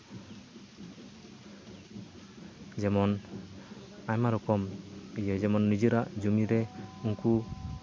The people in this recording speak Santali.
ᱡᱮᱢᱚᱱ ᱟᱭᱢᱟ ᱨᱚᱠᱚᱢ ᱤᱭᱟᱹ ᱡᱮᱢᱚᱱ ᱱᱤᱡᱮᱨᱟᱜ ᱡᱩᱢᱤ ᱨᱮ ᱩᱱᱠᱩ